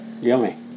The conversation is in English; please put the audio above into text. Yummy